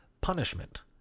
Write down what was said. punishment